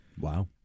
Wow